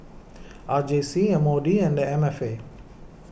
R J C M O D and M F A